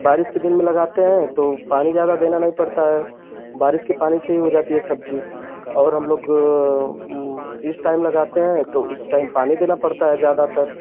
बारिश के दिन में लगाते हैं तो पानी ज़्यादा देना नहीं पड़ता है बारिश के पानी से ही हो जाती है सब्जी और हम लोग इस टाइम लगाते हैं तो उस टाइम पानी देना पड़ता है ज़्यादातर